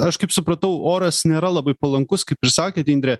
aš kaip supratau oras nėra labai palankus kaip ir sakėt indrė